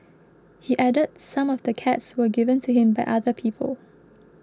he added some of the cats were given to him by other people